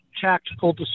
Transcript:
tactical